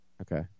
Okay